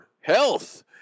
health